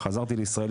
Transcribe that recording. חזרתי לישראל,